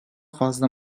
fazla